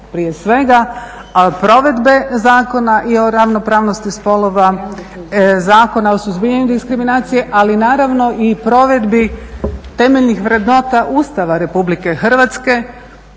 prije svega provedbe Zakona o ravnopravnosti spolova, Zakona o suzbijanju diskriminacije ali naravno i provedbi temeljnih vrednota Ustava RH koji kaže